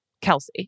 Kelsey